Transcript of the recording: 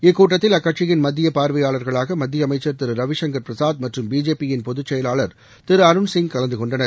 இக்கூட்டத்தில் அக்கட்சியின் மத்திய பார்வையாளர்களாக மத்திய அமைச்சர் திரு ரவிசங்கள் பிரசாத் மற்றும் பிஜேபியின் பொதுச் செயலாளர் திரு அருண் சிங் கலந்து கொண்டனர்